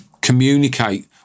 communicate